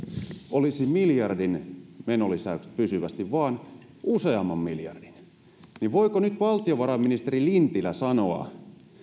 olisi miljardin menolisäykset pysyvästi vaan useamman miljardin voiko nyt valtiovarainministeri lintilä sanoa